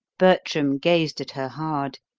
bertram gazed at her hard.